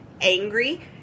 angry